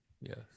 yes